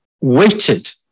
waited